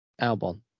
Albon